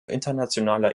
internationaler